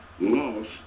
lost